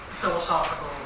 philosophical